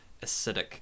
acidic